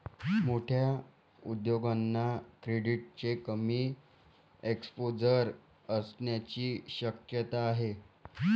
मोठ्या उद्योगांना क्रेडिटचे कमी एक्सपोजर असण्याची शक्यता आहे